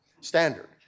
standard